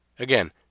Again